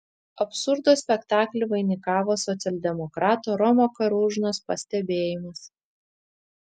absurdo spektaklį vainikavo socialdemokrato romo karūžnos pastebėjimas